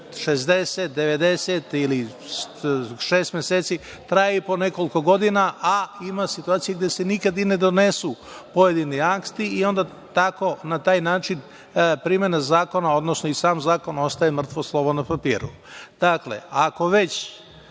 60, 90 dana ili šest meseci, traje i po nekoliko godina, a ima i situacija gde se nikad i ne donesu pojedini akti i onda na taj način primena zakona, odnosno i sam zakon ostaje mrtvo slovo na papiru. Dakle,